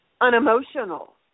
unemotional